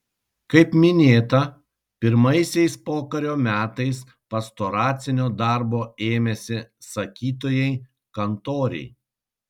kaip minėta pirmaisiais pokario metais pastoracinio darbo ėmėsi sakytojai kantoriai